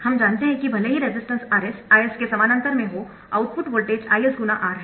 हम जानते है कि भले ही रेजिस्टेंस Rs Is के समानांतर में हो आउटपुट वोल्टेज Is × R है